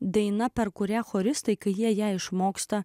daina per kurią choristai kai jie išmoksta